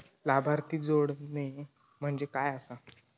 लाभार्थी जोडणे म्हणजे काय आसा?